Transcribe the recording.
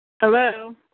Hello